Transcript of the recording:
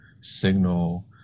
signal